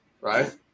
right